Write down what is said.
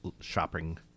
shopping